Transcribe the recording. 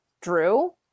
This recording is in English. Drew